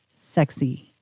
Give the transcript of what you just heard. sexy